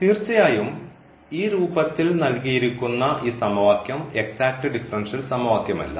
തീർച്ചയായും ഈ രൂപത്തിൽ നൽകിയിരിക്കുന്ന ഈ സമവാക്യം എക്സാറ്റ് ഡിഫറൻഷ്യൽ സമവാക്യമല്ല